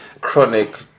Chronic